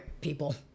people